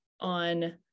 on